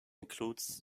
includes